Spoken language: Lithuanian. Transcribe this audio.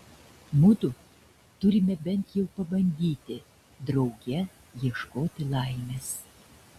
mudu turime bent jau pabandyti drauge ieškoti laimės